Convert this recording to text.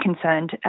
concerned